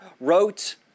wrote